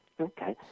Okay